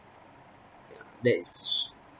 yeah that is